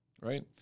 right